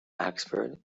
oxford